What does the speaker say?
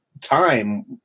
time